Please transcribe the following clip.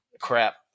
crap